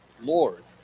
Lord